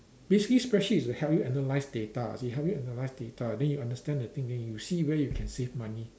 basically spreadsheet is to help you analyse data they help you analyse data then you understand the thing then you see where you can save money